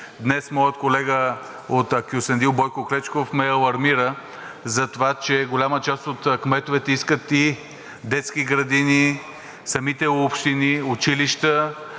Днес моят колега от Кюстендил Бойко Клечков ме алармира за това, че голяма част от кметовете искат и детски градини, самите общини, училища